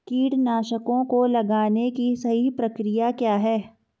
कीटनाशकों को लगाने की सही प्रक्रिया क्या है?